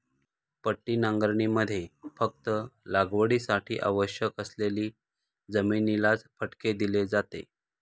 पट्टी नांगरणीमध्ये फक्त लागवडीसाठी आवश्यक असलेली जमिनीलाच फटके दिले जाते